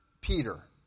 Peter